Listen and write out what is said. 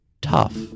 tough